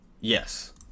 Yes